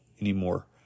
anymore